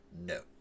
No